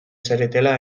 zaretela